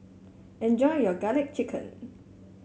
enjoy your garlic chicken